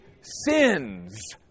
sins